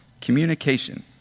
Communication